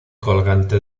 colgante